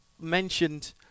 mentioned